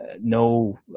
no